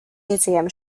museum